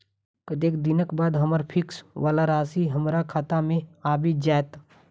कत्तेक दिनक बाद हम्मर फिक्स वला राशि हमरा खाता मे आबि जैत?